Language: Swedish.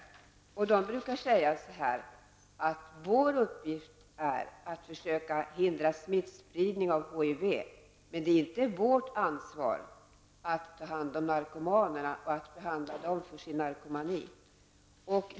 De brukar säga att deras uppgift är att försöka hindra smittspridning av HIV men att det inte är deras ansvar att ta hand om narkomanerna och att behandla dem för deras narkomani.